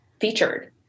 featured